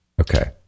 Okay